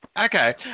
Okay